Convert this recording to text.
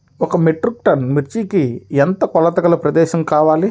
ఒక metric tonne మిర్చికి ఎంత కొలతగల ప్రదేశము కావాలీ?